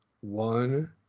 one